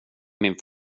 min